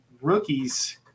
rookies